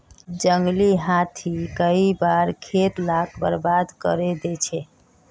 जंगली हाथी कई बार खेत लाक बर्बाद करे दे छे